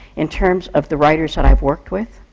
in terms of the writers that i've worked with,